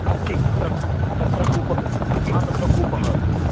अस्ति तत्र तत्र कूप हा तत्र कूपः अस्ति